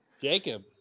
Jacob